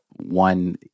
one